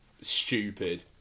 stupid